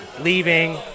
leaving